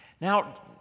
Now